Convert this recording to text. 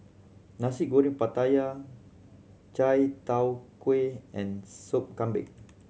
Nasi Goreng Pattaya Chai Tow Kuay and Sop Kambing